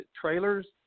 trailers